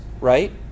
right